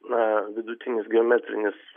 na vidutinis geometrinis